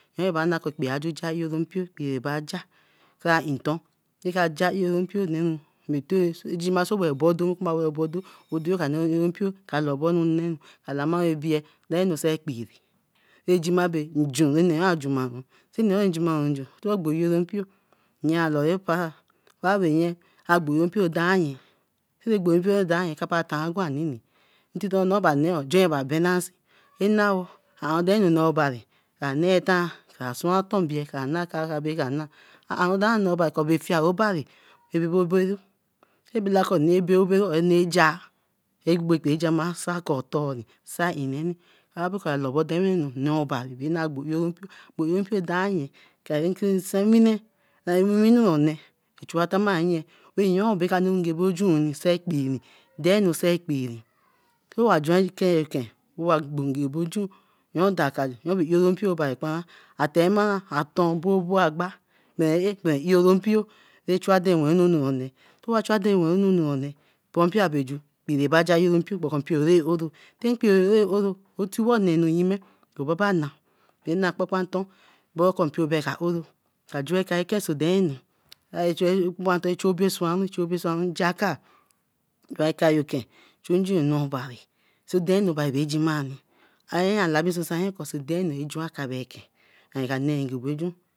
Nanu eba na ko ekpee ajuja oro mkpo. ekpoo eba ja. Sara inton ja eroren mpio neru. omo bo bedo e oboro ka neeru oro mpio ka lobo nu neru ka lame ru ebieye danu sai kpiree ra juma bae aju rah ju ma ru. Nonu jima nju tuma gbo oro mpio yea lora papara kra bae nye mpio dae nye kabe gbo mpio dae nye. sorro gbo mpio dae yen kapa tan gwan nini ntito raba neere ajone abenansi. Adenu nee obari, kra nee etan suran oto mmbie ra kra na dranu ra nah rah fie obari obibobiodo. Abikako ine baobae ja ra gbo kpee ra jah. Otor sai eneh ka bakor damanu nee obari, ina gbo yoro mpio, oro mpio danyen owiwin nonee a chura tama nye bayoo baka nemi ingebenju sai kpeeri danu sai kpeeri. Tawo juan kenyo eken owa gbo ngebo ojun yuon dakor oro mpio bae kparan. Ateh mara aton bobo agba mer ah, ba oro mpio wa chua aden wenru towa chu aden wenru anu none poro mpio aberaju, kpee ba ja oro mpio but poro mpio ra oro. Mpio ra oro iwo nenu yime, obabana ikpapanto berekor mpio ka oro, ka juen eke nken tima ko obo chu obeswanru, ochu obeswanru njakar, juen ekayo eken, chu njoyo kor ja anu juan kayo eken ayen ka nee ngabejun.